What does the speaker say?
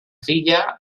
filla